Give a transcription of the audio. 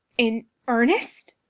in earnest,